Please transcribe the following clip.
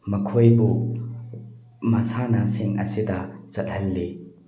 ꯃꯈꯣꯏꯕꯨ ꯃꯁꯥꯟꯅꯁꯤꯡ ꯑꯁꯤꯗ ꯆꯠꯍꯜꯂꯤ